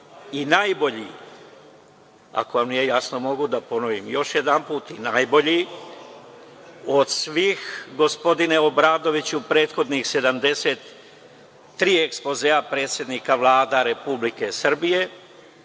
i najbolji, ako vam nije jasno mogu da ponovim još jedanput – i najbolji od svih, gospodine Obradoviću, prethodnih 73 ekspozea predsednika vlada Republike Srbije,